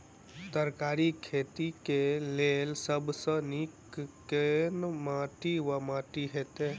तरकारीक खेती केँ लेल सब सऽ नीक केँ माटि वा माटि हेतै?